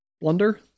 blunder